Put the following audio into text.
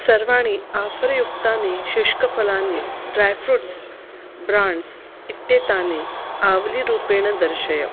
सर्वाणि आफ़र् युक्तानि शुष्कफलानि ड्रैफ़्रूट्स् ब्राण्ड्स् इत्येतानि आवलीरूपेण दर्शय